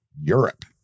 Europe